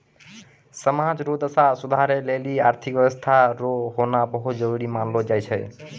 समाज रो दशा सुधारै लेली आर्थिक व्यवस्था रो होना बहुत जरूरी मानलौ जाय छै